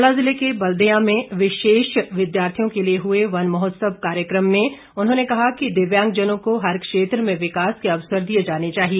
शिमला जिले के बलदेयां में विशेष विद्यार्थियों के लिए हुए वन महोत्सव कार्यक्रम में उन्होंने कहा कि दिव्यांगजनों को हर क्षेत्र में विकास के अवसर दिए जाने चाहिए